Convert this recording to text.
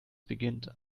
beginnt